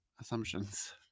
assumptions